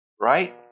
right